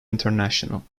international